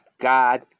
God